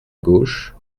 gauche